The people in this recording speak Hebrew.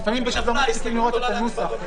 לפעמים פשוט לא מספיקים לראות את הנוסח,